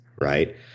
right